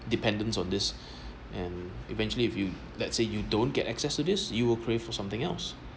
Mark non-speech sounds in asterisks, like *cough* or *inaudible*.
dependence on this *breath* and eventually if you let's say you don't get access to this you will crave for something else